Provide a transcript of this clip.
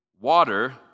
water